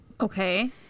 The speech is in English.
okay